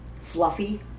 fluffy